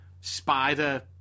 spider